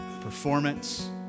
performance